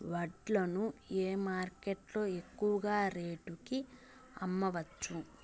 వడ్లు ని ఏ మార్కెట్ లో ఎక్కువగా రేటు కి అమ్మవచ్చు?